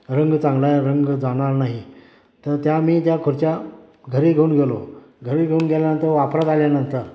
रंग चांगला आहे रंग जाणार नाही तर त्या मी त्या खुर्च्या घरी घेऊन गेलो घरी घेऊन गेल्यानंतर वापरात आल्यानंतर